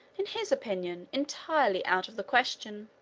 in his opinion, entirely out of the question.